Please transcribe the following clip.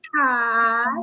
Hi